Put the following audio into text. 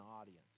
audience